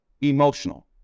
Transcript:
Emotional